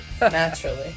Naturally